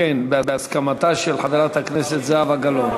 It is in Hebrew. בהסכמתה של חברת הכנסת זהבה גלאון.